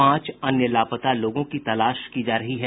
पांच अन्य लापता लोगों की तलाश की जा रही है